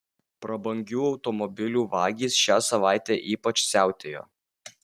prabangių automobilių vagys šią savaitę ypač siautėjo